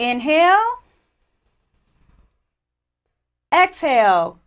inhale exhale